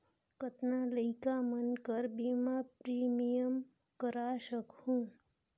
कतना लइका मन कर बीमा प्रीमियम करा सकहुं?